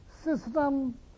System